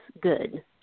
good